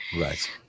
Right